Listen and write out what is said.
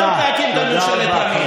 זה בנימין נתניהו,